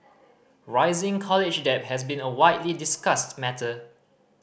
rising college debt has been a widely discussed matter